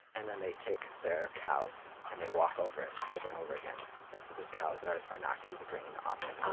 and then they take their cows and they walk over it over and over again. and so the cows are are knocking the grain off of